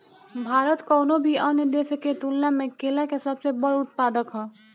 भारत कउनों भी अन्य देश के तुलना में केला के सबसे बड़ उत्पादक ह